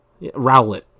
Rowlet